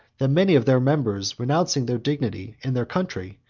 that many of their members, renouncing their dignity and their country,